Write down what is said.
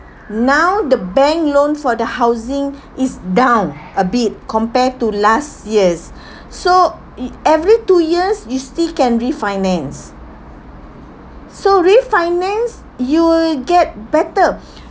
now the bank loan for the housing is down a bit compared to last years so every two years you still can refinance so refinance you will get better